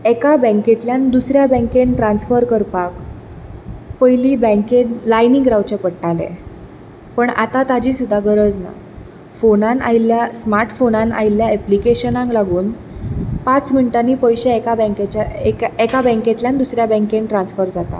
एका बँकेतल्यान दुसऱ्या बँकेन ट्रान्सफर करपाक पयली बँकेंत लायनिक रावचें पडटाले पूण आता ताची सुद्दां गरज ना फोनान आयल्या स्मार्ट फोनान आयल्या एप्लिकेशनांक लागून पांच मिनटांनी पयशें एका बँकेतल्यान दुसऱ्या बँकेन ट्रान्सफर जाता